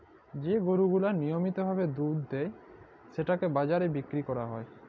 যে গরু গিলা লিয়মিত ভাবে দুধ যেটকে বাজারে বিক্কিরি ক্যরা হ্যয়